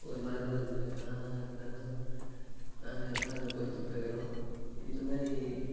ஒரு மாதிரி தான் இருக்குது ஆனால் இருந்தாலும் நாங்கள் எல்லாம் அதை பொறுத்துட்டு தான் இருக்கிறோம் இந்த மாதிரி